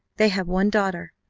they had one daughter,